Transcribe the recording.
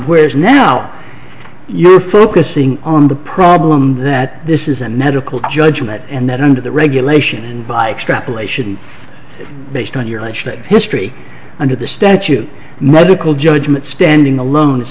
whereas now you're focusing on the problem that this is a medical judgment and that under the regulation and by extrapolation based on your history under the statute medical judgment standing alone is